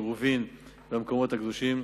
עירובין והמקומות הקדושים.